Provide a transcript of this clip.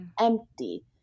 empty